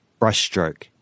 Brushstroke